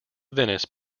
venice